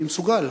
אני מסוגל.